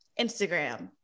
instagram